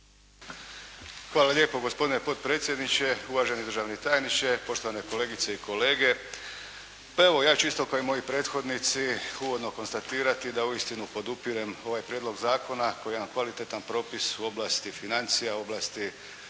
Hvala lijepo gospodine potpredsjedniče, uvaženi državni tajniče, poštovane kolegice i kolege. Pa evo ja ću isto kao i moji prethodnici uvodno konstatirati da uistinu podupirem ovaj prijedlog zakona koji je jedan kvalitetan propis u oblasti financija, oblasti